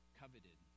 coveted